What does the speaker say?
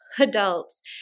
adults